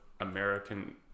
American